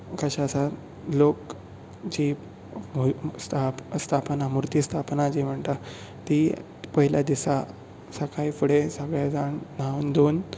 कशें आसा लोक जी स्थापना मुर्ती स्थापना जी म्हणटात ती पळयल्या दिसा सकाळी फुडें सगळे जाण न्हावण धुवून